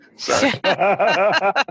Sorry